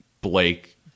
blake